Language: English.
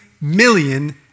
million